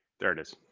there it is.